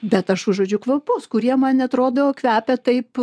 bet aš užuodžiu kvapus kurie man atrodo kvepia taip